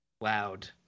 loud